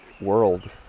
world